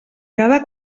cada